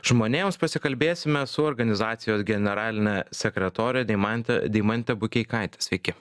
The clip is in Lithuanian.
žmonėms pasikalbėsime su organizacijos generaline sekretore deimante deimante bukeikaite sveiki